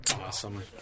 Awesome